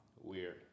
weird